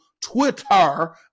Twitter